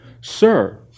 sir